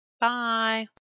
Bye